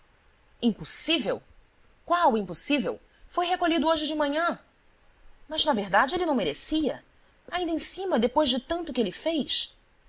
impossível qual impossível foi recolhido hoje de manhã mas na verdade ele não merecia ainda em cima depois de tanto que ele fez